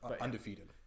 undefeated